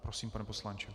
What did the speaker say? Prosím, pane poslanče.